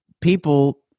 people